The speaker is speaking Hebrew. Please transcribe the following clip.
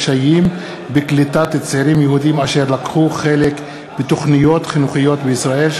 קשיים בקליטת צעירים יהודים אשר לקחו חלק בתוכניות חינוכיות בישראל.